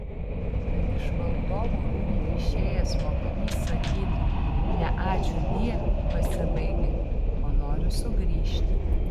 kad iš valdovų rūmų išėjęs mokinys sakytų ne ačiūdie pasibaigė o noriu sugrįžti